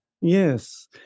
Yes